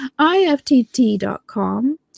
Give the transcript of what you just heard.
IFTT.com